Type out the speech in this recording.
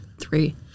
three